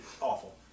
Awful